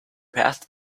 path